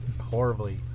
horribly